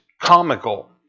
Comical